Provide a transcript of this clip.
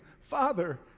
Father